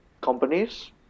companies